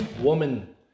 Woman